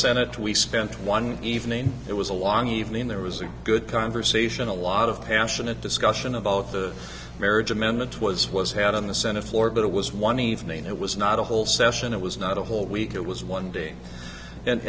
senate we spent one evening it was a long evening there was a good conversation a lot of passionate discussion about the marriage amendment was was had on the senate floor but it was one evening it was not a whole session it was not a whole week it was one day and